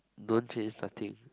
don't change nothing